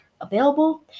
available